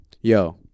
Yo